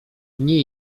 nie